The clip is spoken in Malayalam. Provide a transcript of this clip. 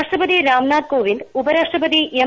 രാഷ്ട്രപതി രാംനാഥ് കോവിന്ദ് ഉപരാഷ്ട്രപതി എം